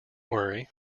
worry